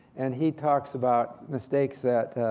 and he talks about mistakes that